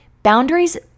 Boundaries